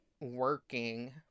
working